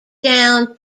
down